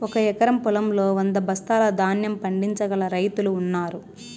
ఒక ఎకరం పొలంలో వంద బస్తాల ధాన్యం పండించగల రైతులు ఉన్నారు